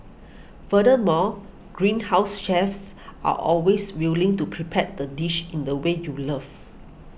furthermore Greenhouse's chefs are always willing to prepare the dish in the way you love